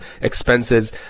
expenses